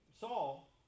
Saul